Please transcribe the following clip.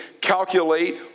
calculate